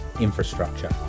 Infrastructure